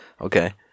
Okay